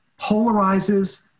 polarizes